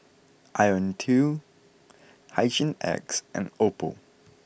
Ionil T Hygin X and Oppo